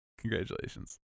Congratulations